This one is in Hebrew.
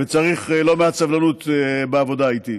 וצריך לא מעט סבלנות בעבודה איתי.